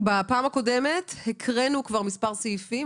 בפעם הקודמת הקראנו מספר סעיפים.